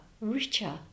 richer